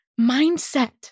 mindset